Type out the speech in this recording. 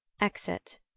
Exit